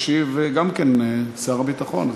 ישיב גם כן שר הביטחון.